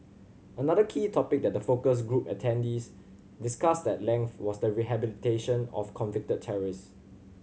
another key topic that the focus group attendees discussed at length was the rehabilitation of convicted terrorist